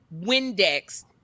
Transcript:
Windex